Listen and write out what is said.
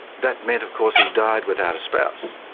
that meant of course he died without a spouse.